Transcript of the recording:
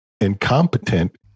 incompetent